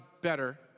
better